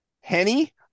Henny